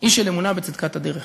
איש של אמונה בצדקת הדרך.